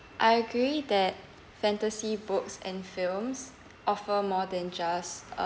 I agree that fantasy books and films offer more than just uh